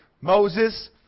Moses